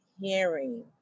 hearing